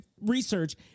research